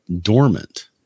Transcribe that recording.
dormant